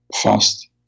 fast